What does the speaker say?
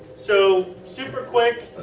so super quick.